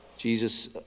Jesus